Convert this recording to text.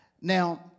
Now